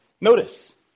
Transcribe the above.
Notice